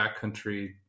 backcountry